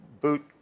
boot